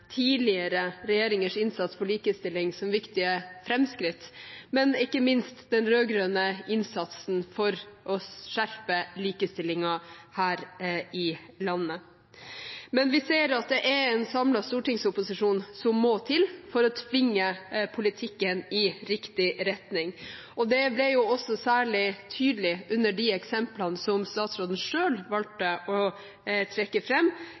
tidligere regjeringers innsats for likestilling som viktige framskritt, ikke minst den rød-grønne innsatsen for å skjerpe likestillingen her i landet. Vi ser at det er en samlet stortingsopposisjon som må til for å tvinge politikken i riktig retning. Det ble også særlig tydelig med de eksemplene som statsråden selv valgte å trekke